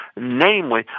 namely